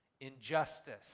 injustice